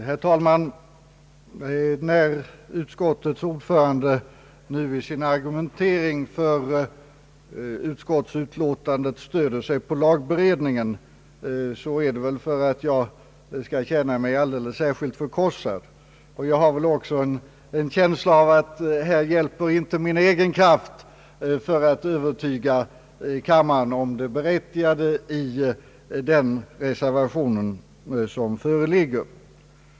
Herr talman! När utskottets ordförande i sin argumentering för utskottsutlåtandet stöder sig på lagberedningen, sker det väl för att jag skall känna mig alldeles särskilt förkrossad. Jag har också en känsla av att min egen kraft inte hjälper här för att övertyga kammaren om det berättigade i den reservation som föreligger.